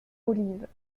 olive